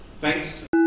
thanks